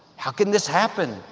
how can this happen?